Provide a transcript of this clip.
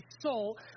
soul